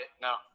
no